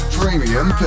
Premium